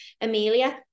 Amelia